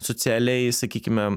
socialiai sakykime